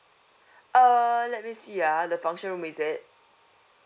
err let me see ah the function room is it